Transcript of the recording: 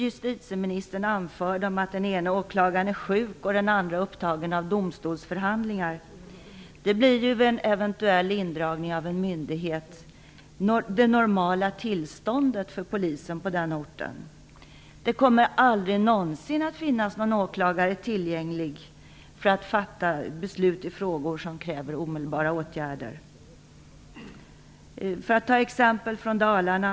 Justitieministern anförde som ett exempel att den ena åklagaren på orten är sjuk och den andre upptagen av domstolsförhandlingar. Det blir ju vid en eventuell indragning av en myndighet det normala tillståndet för polisen på den orten. Det kommer aldrig någonsin att finnas någon åklagare tillgänglig för att fatta beslut i frågor som kräver omedelbara åtgärder. Låt mig ta ett exempel från Dalarna.